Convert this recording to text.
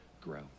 grow